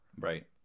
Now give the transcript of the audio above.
Right